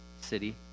city